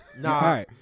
Nah